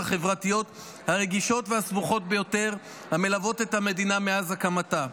החברתיות הרגישות והסבוכות ביותר המלוות את המדינה מאז הקמתה.